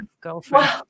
girlfriend